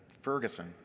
Ferguson